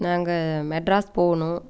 நாங்கள் மெட்ராஸ் போகனும்